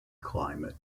climate